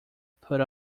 put